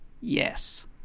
Yes